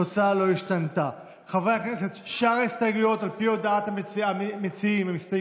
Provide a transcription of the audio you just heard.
השאלה, אדוני היושב-ראש, אם צריך לעשות